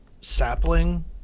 sapling